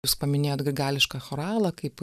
jūs paminėjot grigališką choralą kaip